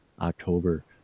October